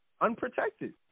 unprotected